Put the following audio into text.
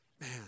Man